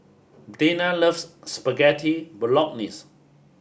Dayna loves Spaghetti Bolognese